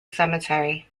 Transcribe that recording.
cemetery